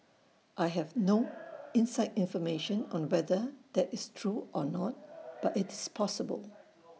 I have no inside information on whether that is true or not but it's possible